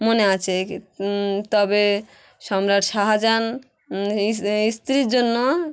মনে আছে কি তবে সম্রাট শাহাজান স্ত্রীর জন্য